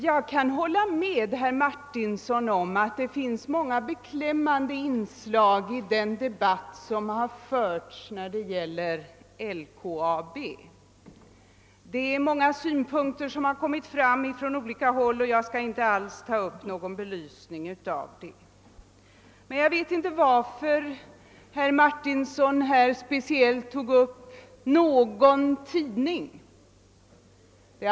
Jag kan hålla med herr Martinsson om att det finns många beklämmande inslag i den debatt som har förts om LKAB. Många synpunkter har från olika håll redovisats, och jag skall inte alls belysa dem. Men jag vet inte varför herr Martinsson speciellt tog upp en viss tidning.